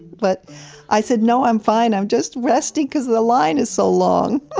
but i said, no, i'm fine. i'm just resting because the line is so long. ah